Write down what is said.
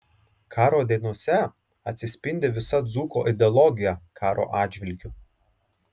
karo dainose atsispindi visa dzūko ideologija karo atžvilgiu